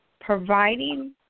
providing